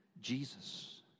Jesus